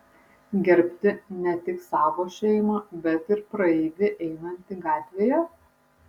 gerbti ne tik savo šeimą bet ir praeivį einantį gatvėje